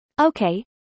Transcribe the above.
Okay